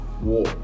war